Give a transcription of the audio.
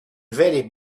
very